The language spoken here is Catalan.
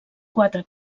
quatre